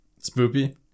Spoopy